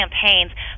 campaigns